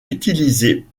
utilisé